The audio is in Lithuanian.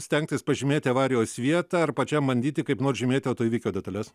stengtis pažymėti avarijos vietą ar pačiam bandyti kaip nors žymėti autoįvykio detales